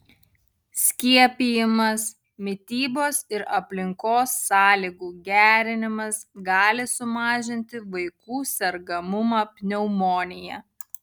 skiepijimas mitybos ir aplinkos sąlygų gerinimas gali sumažinti vaikų sergamumą pneumonija